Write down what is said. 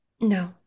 No